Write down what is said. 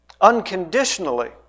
unconditionally